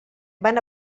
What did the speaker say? van